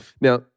Now